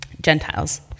Gentiles